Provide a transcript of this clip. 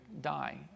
die